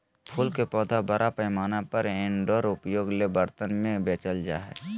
फूल के पौधा बड़ा पैमाना पर इनडोर उपयोग ले बर्तन में बेचल जा हइ